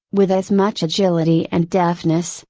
with as much agility and deftness,